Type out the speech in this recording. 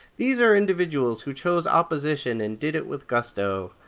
these are individuals who chose opposition and did it with gusto.